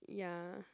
ya